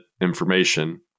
information